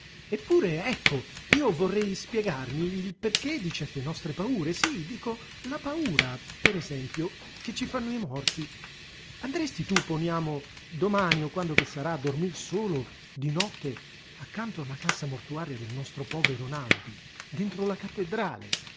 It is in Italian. eppure ecco io vorrei spiegarmi il perché di certe nostre paure sì dico la paura per esempio che ci fanno i morti andresti tu poniamo domani o quando che sarà a dormir solo di notte accanto alla cassa mortuaria del nostro povero naldi dentro la cattedrale